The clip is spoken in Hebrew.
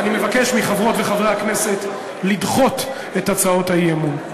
אני מבקש מחברות וחברי הכנסת לדחות את הצעות האי-אמון.